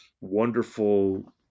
wonderful